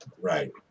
Right